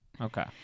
Okay